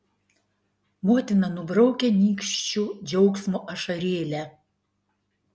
motina nubraukia nykščiu džiaugsmo ašarėlę